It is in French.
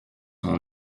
son